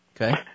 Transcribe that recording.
Okay